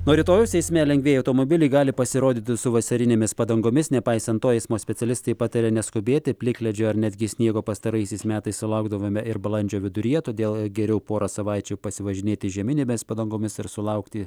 nuo rytojaus eisme lengvieji automobiliai gali pasirodyti su vasarinėmis padangomis nepaisant to eismo specialistai pataria neskubėti plikledžio ar netgi sniego pastaraisiais metais sulaukdavome ir balandžio viduryje todėl geriau porą savaičių pasivažinėti žieminėmis padangomis ir sulaukti